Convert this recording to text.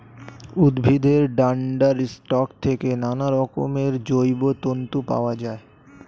উদ্ভিদের ডান্ডার স্টক থেকে নানারকমের জৈব তন্তু পাওয়া যায়